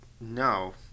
No